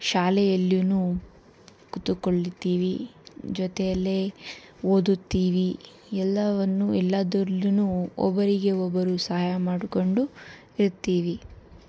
ಶಾಲೆಯಲ್ಲಿಯೂ ಕೂತುಕೊಳ್ಳುತ್ತೀವಿ ಜೊತೆಯಲ್ಲೇ ಓದುತ್ತೀವಿ ಎಲ್ಲವನ್ನೂ ಎಲ್ಲಾದ್ರಲ್ಲು ಒಬ್ಬರಿಗೆ ಒಬ್ಬರು ಸಹಾಯ ಮಾಡಿಕೊಂಡು ಇರ್ತೀವಿ